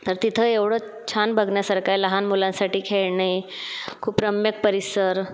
तर तिथं एवढं छान बघण्यासारखं आहे लहान मुलांसाठी खेळणे खूप रम्य परिसर